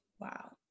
Wow